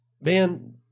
Man